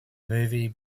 movie